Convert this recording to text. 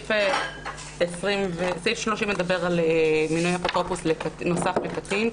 סעיף 30 מדבר על מינוי אפוטרופוס נוסף לקטין,